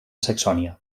saxònia